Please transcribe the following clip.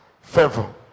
favor